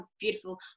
beautiful